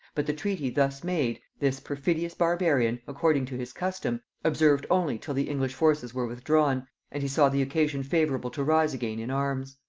but the treaty thus made, this perfidious barbarian, according to his custom, observed only till the english forces were withdrawn and he saw the occasion favorable to rise again in arms.